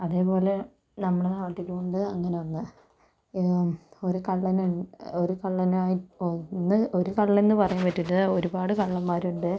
അതേപോലെ നമ്മുടെ നാട്ടിലും ഉണ്ട് അങ്ങനെ ഒന്ന് ഒരു കള്ളൻ ഒരു കള്ളനായി പോയി ഇന്ന് ഒരു കള്ളൻ എന്ന് പറയാൻ പറ്റില്ല ഒരുപാട് കള്ളൻമാരുണ്ട്